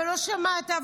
לא שמעת,